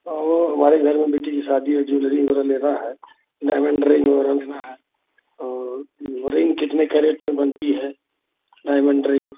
और हमारे घर में बेटी की शादी है ज्वेलरी वग़ैरह लेना है डायमंड रिंग लेना वग़ैरह है और वह रिंग कितने कैरेट में बनती है डायमन्ड रिंग